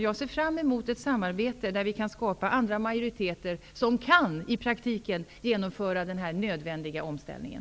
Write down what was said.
Jag ser fram emot ett samarbete där vi kan skapa andra majoriteter, som i praktiken kan genomföra den här nödvändiga omställningen.